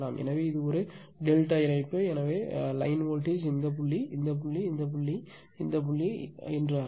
எனவே இது ஒரு டெல்டா இணைப்பு எனவே வரி வோல்டேஜ் இந்த புள்ளி இந்த புள்ளி இந்த புள்ளி இந்த புள்ளி அர்த்தம்